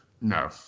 No